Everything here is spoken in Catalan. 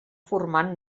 formant